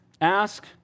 ask